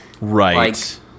right